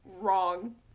wrong